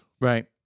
Right